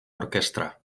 orkestra